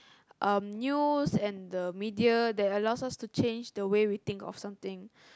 um news and the media that allows us to change the way we think of something